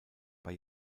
bei